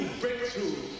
breakthrough